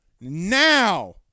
Now